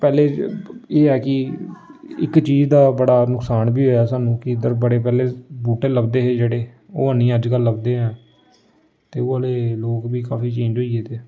पैह्लें एह् ऐ कि इक चीज दा बड़ा नुक्सान बी होएआ सानूं कि इद्धर बड़े पैह्लें बूह्टे लभदे हे जेह्ड़े ओह् हैन्नी अजकल्ल लभदे हैन ते ओह् आह्ले लोक बी काफी चेंज होई गेदे